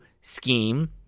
scheme